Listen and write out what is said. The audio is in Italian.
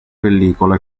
pellicola